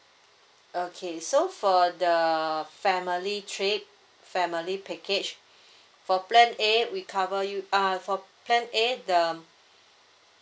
okay so for the family trip family package for plan A we cover you uh for plan A the